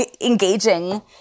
engaging